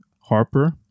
Harper